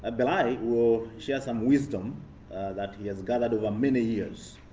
ah belay will share some wisdom that he has garnered over many years